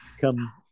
come